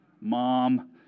Mom